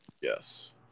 Yes